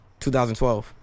2012